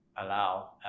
allow